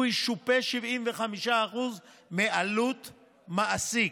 הוא ישופה ב-75% מעלות מעסיק.